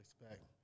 expect